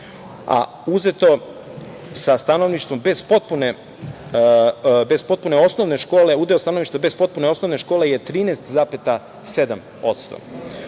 udeo stanovništva bez potpune osnovne škole je 13,7%.